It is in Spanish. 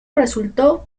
resultó